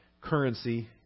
currency